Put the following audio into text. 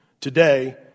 Today